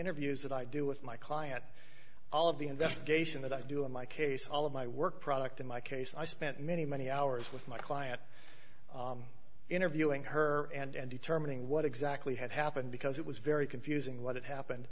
interviews that i do with my client all of the investigation that i do in my case all of my work product in my case i spent many many hours with my client interviewing her and determining what exactly had happened because it was very confusing what happened